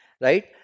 right